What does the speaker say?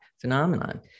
phenomenon